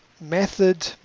method